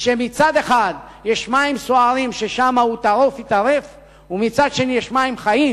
כשמצד אחד יש מים סוערים ושם הוא טרוף ייטרף ומצד שני יש מים חיים,